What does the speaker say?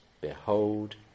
Behold